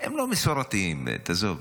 הם לא מסורתיים, תעזוב,